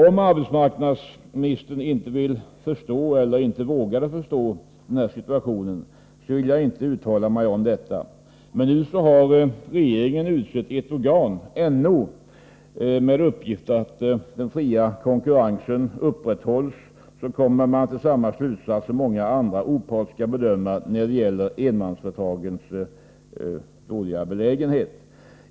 Om arbetsmarknadsministern inte ville eller inte vågade förstå 153 ganisationernas inflytande över enmansoch småföretags verksamhet denna situation vill jag inte uttala mig om. Nu har ett av regeringen utsett organ med uppgift att tillse att den fria konkurrensen upprätthålls, NO, kommit till samma slutsats som många andra opartiska bedömare när det gäller enmansföretagens svåra belägenhet.